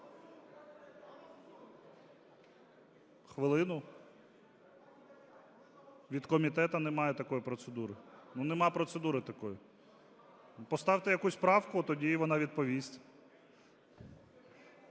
Хвилину? Від комітету - немає такої процедури. Нема процедури такої. Поставте якусь правку, тоді вона відповість.